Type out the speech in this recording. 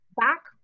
Back